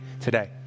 today